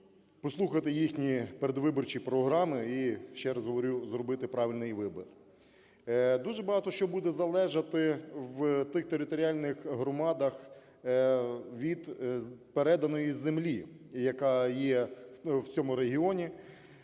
послухати їхні передвиборчі програми, і, ще раз говорю, зробити правильний вибір. Дуже багато що буде залежати в тих територіальних громадах від переданої землі, яка є в цьому регіоні.